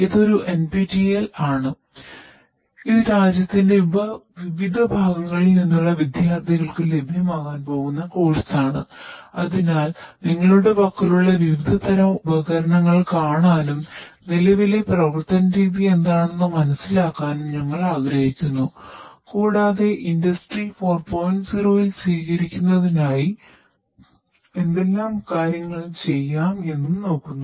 ഇതൊരുNPTELആണ് ഇത് രാജ്യത്തിന്റെ വിവിധ ഭാഗങ്ങളിൽ നിന്നുള്ള വിദ്യാർത്ഥികൾക്ക് ലഭ്യമാകാൻ പോകുന്ന കോഴ്സ് ൽ സ്വീകരിക്കുന്നതിനായി എന്തെല്ലാം ചെയ്യാം എന്നും നോക്കുന്നു